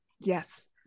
yes